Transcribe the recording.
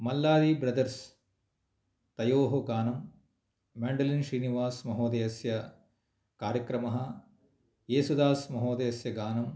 मल्लारी brothers तयोः गानं mandolin श्रीनिवासमहोदयस्य कार्यक्रमः येसुदास् महोदयस्य गानं